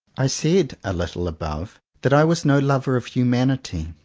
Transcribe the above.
i said, a little above, that i was no lover of humanity,